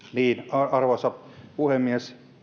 arvoisa puhemies